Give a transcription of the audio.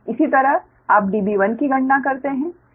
इसी तरह आप Db1 की गणना करते हैं